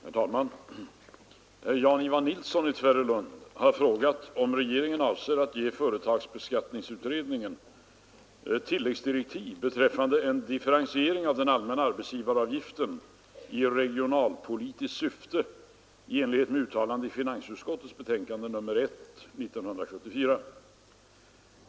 Herr talman! Herr Nilsson i Tvärålund har frågat mig om regeringen avser att ge företagsskatteberedningen tilläggsdirektiv beträffande en differentiering av den allmänna arbetsgivaravgiften i regionalpolitiskt syfte i enlighet med uttalande i finansutskottets betänkande nr 1 år 1974.